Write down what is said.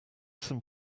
some